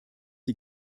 die